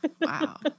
Wow